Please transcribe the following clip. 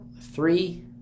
Three